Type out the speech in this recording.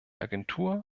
agentur